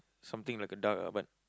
something like a duck ah but